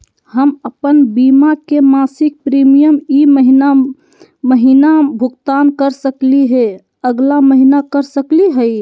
हम अप्पन बीमा के मासिक प्रीमियम ई महीना महिना भुगतान कर सकली हे, अगला महीना कर सकली हई?